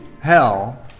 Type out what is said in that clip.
hell